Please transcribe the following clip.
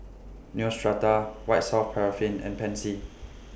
Neostrata White Soft Paraffin and Pansy